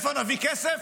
מאיפה נביא כסף?